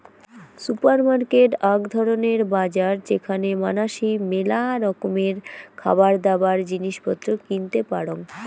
supermarket আক ধরণের বাজার যেখানে মানাসি মেলা রকমের খাবারদাবার, জিনিস পত্র কিনতে পারং